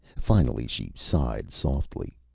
finally she sighed softly.